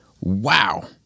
wow